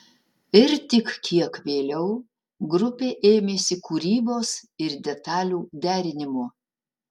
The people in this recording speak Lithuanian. ir tik kiek vėliau grupė ėmėsi kūrybos ir detalių derinimo